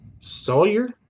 Sawyer